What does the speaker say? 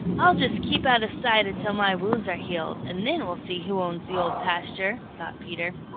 i'll just keep out of sight until my wounds are healed, and then we'll see who owns the old pasture! thought peter.